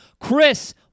Chris